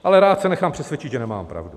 Ale rád se nechám přesvědčit, že nemám pravdu.